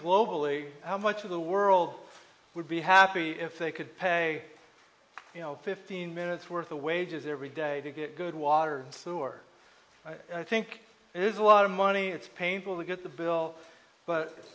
globally how much of the world would be happy if they could pay you know fifteen minutes worth of wages every day to get good water sewer i think is a lot of money it's painful to get the bill but